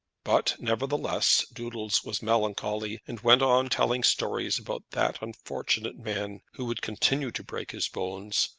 but, nevertheless, doodles was melancholy, and went on telling stories about that unfortunate man who would continue to break his bones,